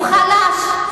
הוא חלש,